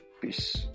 Peace